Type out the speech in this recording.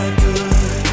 good